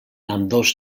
ambdós